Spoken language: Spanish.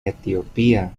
etiopía